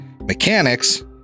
mechanics